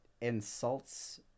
insults